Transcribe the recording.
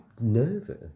Nervous